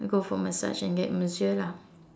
go for massage and get masseuse lah